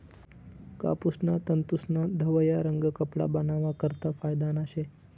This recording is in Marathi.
कापूसना तंतूस्ना धवया रंग कपडा बनावा करता फायदाना शे